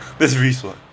that's risk [what]